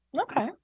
Okay